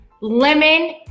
lemon